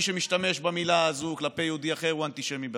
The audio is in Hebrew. מי שמשתמש במילה הזו כלפי יהודי אחר הוא אנטישמי בעצמו.